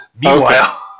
Meanwhile